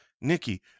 Nikki